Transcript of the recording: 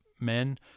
men